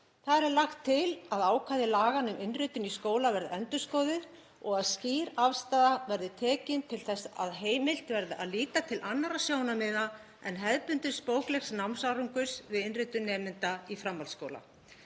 Þar er lagt til að ákvæði laganna um innritun í skóla verði endurskoðuð og að skýr afstaða verði tekin til þess að heimilt verði að líta til annarra sjónarmiða en hefðbundins bóklegs námsárangurs við innritun nemenda í framhaldsskóla.